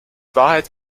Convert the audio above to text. wahrheit